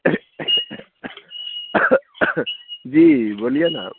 जी बोलिए ने